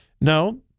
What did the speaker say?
No